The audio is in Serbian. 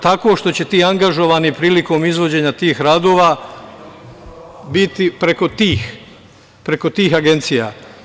Tako što će ti angažovani prilikom izvođenja tih radova biti preko tih agencija.